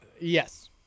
Yes